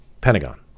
Pentagon